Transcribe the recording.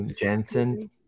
Jensen